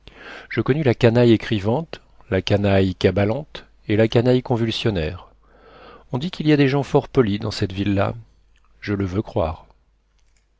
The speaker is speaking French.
je connus la canaille écrivante la canaille cabalante et la canaille convulsionnaire on dit qu'il y a des gens fort polis dans cette ville-là je le veux croire